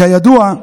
כידוע,